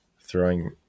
throwing